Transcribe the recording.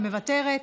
ומוותרת,